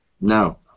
No